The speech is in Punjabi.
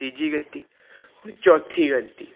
ਤੀਜੀ ਗਲਤੀ ਹੁਣ ਚੌਥੀ ਗਲਤੀ